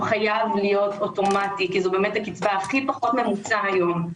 חייב להיות אוטומטי כי זו באמת הקבוצה הכי פחות ממוסה היום.